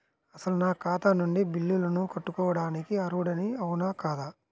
అసలు నా ఖాతా నుండి బిల్లులను కట్టుకోవటానికి అర్హుడని అవునా కాదా?